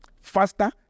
faster